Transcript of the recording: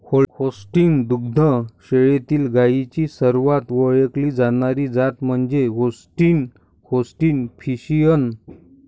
Holstein दुग्ध शाळेतील गायींची सर्वात ओळखली जाणारी जात म्हणजे होल्स्टीन होल्स्टीन फ्रिशियन